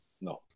No